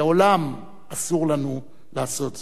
לעולם אסור לנו לעשות זאת.